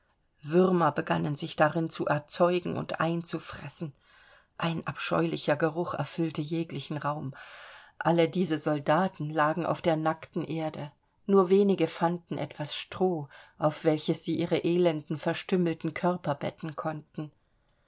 würmer begannen sich darin zu erzeugen und einzufressen ein abscheulicher geruch erfüllte jeglichen raum alle diese soldaten lagen auf der nackten erde nur wenige fanden etwas stroh auf welches sie ihre elenden verstümmelten körper betten konnten